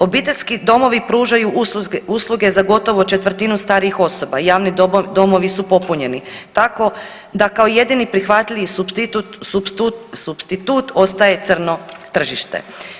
Obiteljski domovi pružaju usluge za gotovo četvrtinu starijih osoba, javni domovi su popunjeni tako da kao jedini prihvatljivi supstitut ostaje crno tržište.